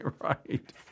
Right